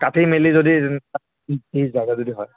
কাটি মেলি যদি ত্ৰিছ হাজাৰ যদি হয়